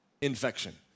infection